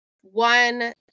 one